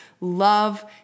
Love